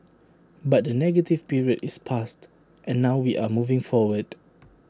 but the negative period is past and now we are moving forward